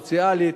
או סוציאלית.